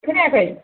खोनायाखै